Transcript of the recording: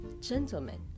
Gentlemen